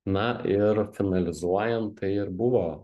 na ir finalizuojant tai ir buvo